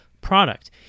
product